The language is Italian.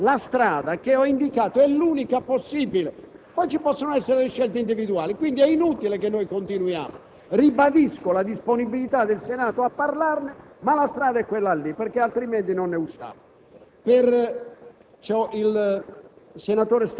ora con questo dibattito perché la strada che ho indicato è l'unica possibile, poi vi possono essere scelte individuali. Quindi, è inutile continuare. Ribadisco la disponibilità del Senato a parlarne, ma la strada è quella, altrimenti non ne usciamo.